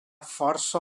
força